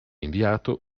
inviato